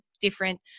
different